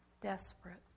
desperate